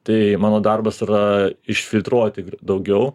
tai mano darbas yra išfiltruoti daugiau